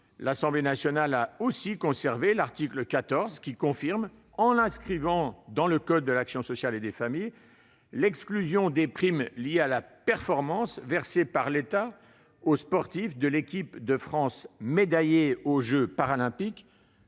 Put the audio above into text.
L'Assemblée nationale a également conservé l'article 14, qui confirme, en l'inscrivant dans le code de l'action sociale et des familles, l'exclusion des primes liées à la performance versées par l'État aux sportifs de l'équipe de France médaillés aux jeux Paralympiques